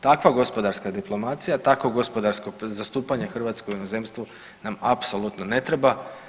Takva gospodarska diplomacija, takvo gospodarsko zastupanje Hrvatske u inozemstvu nam apsolutno ne treba.